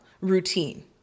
routine